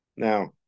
Now